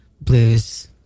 blues